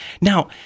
Now